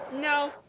No